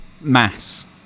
Mass